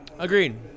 Agreed